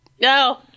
No